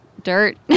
dirt